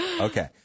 Okay